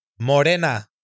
Morena